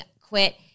quit